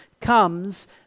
comes